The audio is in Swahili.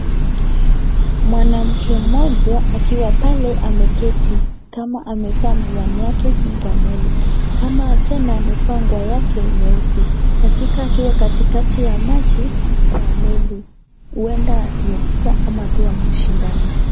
Mwanamke moja akiwa pale ameketi kama amefaa miwani yake kwa mwili kama tena amefaa nguo yake nyeusi katika akiwa katikatiya maji kwa meli huenda akiepuka akiwa mashindano.